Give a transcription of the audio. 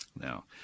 Now